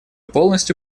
полностью